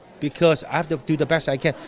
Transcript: because i have to do the best i can.